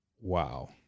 wow